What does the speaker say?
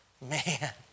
man